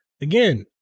Again